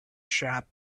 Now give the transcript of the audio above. shop